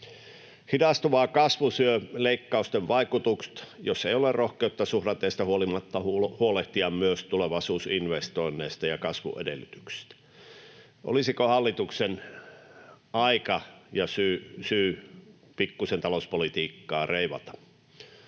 Hidastuva kasvu syö leikkausten vaikutukset, jos ei ole rohkeutta suhdanteista huolimatta huolehtia myös tulevaisuusinvestoinneista ja kasvuedellytyksistä. Olisiko hallituksen aika ja syy pikkusen talouspolitiikkaa reivata?